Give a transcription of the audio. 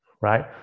Right